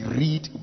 read